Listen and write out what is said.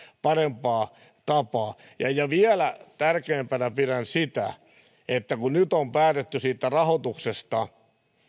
parempaa tapaa tärkeimpänä pidän sitä kun nyt on päätetty siitä rahoituksesta